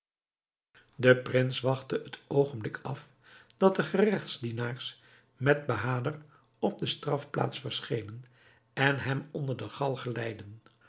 de prins wachtte het oogenblik af dat de geregtsdienaars met bahader op de strafplaats verschenen en hem onder de galg